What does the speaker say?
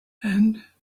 and